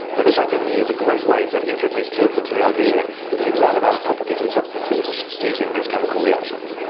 but this activity is a great way to introduce children to the idea we can learn about the properties of substances using these chemical reactions.